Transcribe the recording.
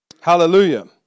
Hallelujah